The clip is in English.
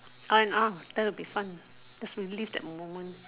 buy an arc that would be fun to relive that moment